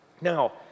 now